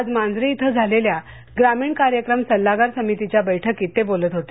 आज मांजरी इथ झालेल्या ग्रामीण कार्यक्रम सल्लागार समितीच्या बैठकीत ते बोलत होते